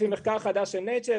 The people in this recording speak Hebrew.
לפי מחקר חדש של Nature,